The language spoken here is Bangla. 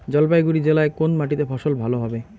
জলপাইগুড়ি জেলায় কোন মাটিতে ফসল ভালো হবে?